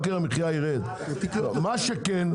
מה שכן,